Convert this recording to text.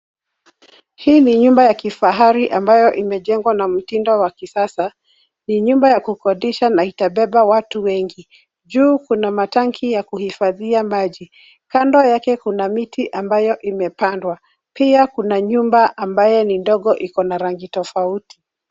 Hii ni nyumba ya kifahari ambayo imejengwa na mtindo wa kisasa. Ni nyumba ya kukodisha na itabeba watu wengi. Juu kuna matangi ya kuhifadhia maji. Kando yake kuna miti ambayo imepandwa. Pia kuna nyumba ambayo ni ndogo, iko na rangi tofauti.